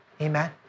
Amen